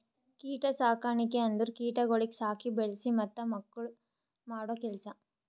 ಕೀಟ ಸಾಕಣಿಕೆ ಅಂದುರ್ ಕೀಟಗೊಳಿಗ್ ಸಾಕಿ, ಬೆಳಿಸಿ ಮತ್ತ ಮಕ್ಕುಳ್ ಮಾಡೋ ಕೆಲಸ